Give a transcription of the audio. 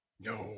No